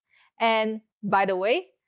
and by the way,